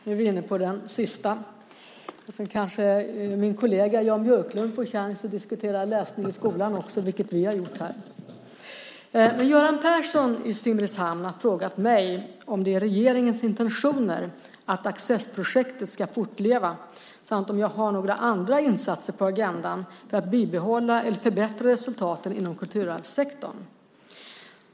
Fru talman! Göran Persson i Simrishamn har frågat mig om det är regeringens intentioner att Accessprojektet ska fortleva samt om jag har några andra insatser på agendan för att bibehålla eller förbättra resultaten inom kulturarvssektorn.